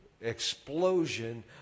explosion